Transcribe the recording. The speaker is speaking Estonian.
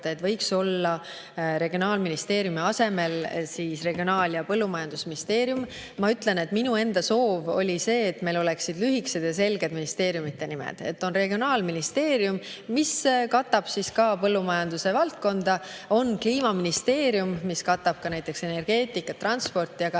et regionaalministeeriumi asemel võiks olla regionaal‑ ja põllumajandusministeerium. Minu soov oli see, et meil oleksid lühikesed ja selged ministeeriumide nimed, et on regionaalministeerium, mis katab ka põllumajanduse valdkonda, on kliimaministeerium, mis katab ka näiteks energeetikat ja transporti,